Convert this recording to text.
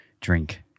drink